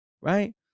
right